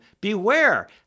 Beware